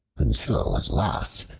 until at last,